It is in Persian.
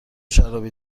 شرابی